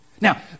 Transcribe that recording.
Now